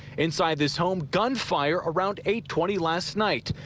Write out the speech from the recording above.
inside this home, gunfire around eight twenty last night.